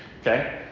Okay